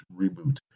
reboot